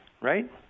right